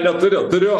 neturiu turiu